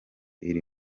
iri